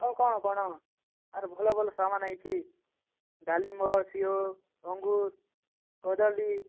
ଆଉ କ'ଣ କ'ଣ ଆର୍ ଭଲ ଭଲ ସାମାନ ଆସିଛି ଡାଲିମ୍ବ ସେଓ ଅଙ୍ଗୁର କଦଳୀ